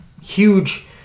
huge